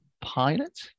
pilot